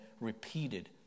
repeated